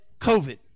COVID